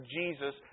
Jesus